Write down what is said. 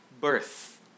birth